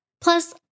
Plus